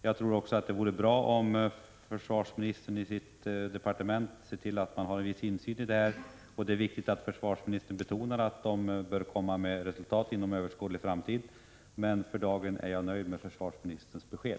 Jag tror också det vore bra om försvarsministern i sitt departement såg till att ha en viss insyn i arbetet. Det är också viktigt att försvarsministern betonar att utredningen bör komma med resultat inom överskådlig framtid. För dagen är jag nöjd med försvarsministerns besked.